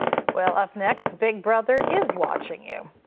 well, up next, big brother is watching you.